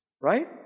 Right